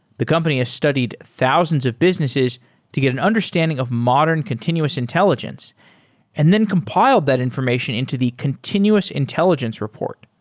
the company has studied thousands of businesses to get an understanding of modern continuous intelligence and then compile that information into the continuous intelligence report,